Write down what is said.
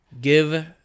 give